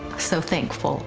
so thankful